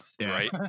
right